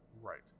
right